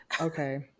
Okay